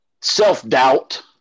Self-doubt